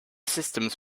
systems